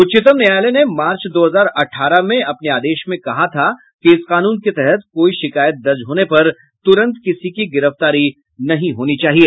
उच्चतम न्यायालय ने मार्च दो हजार अठारह में अपने आदेश में कहा था कि इस कानून के तहत कोई शिकायत दर्ज होने पर तुरंत किसी की गिरफ्तारी नहीं होनी चाहिए